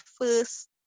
first